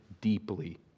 deeply